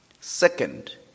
Second